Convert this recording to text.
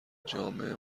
جامع